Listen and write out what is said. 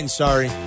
sorry